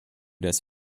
das